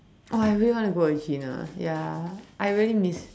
oh I really wanna go again ya I really miss